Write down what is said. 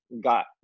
got